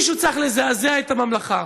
מישהו צריך לזעזע את הממלכה.